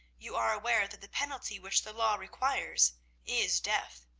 you are aware that the penalty which the law requires is death.